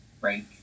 break